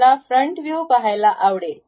मला front view पहायला आवडेल